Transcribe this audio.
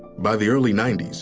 by the early ninety s,